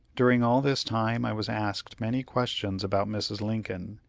during all this time i was asked many questions about mrs. lincoln,